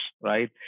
right